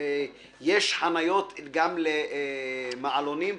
שיש חניות גם למכוניות עם מעלונים.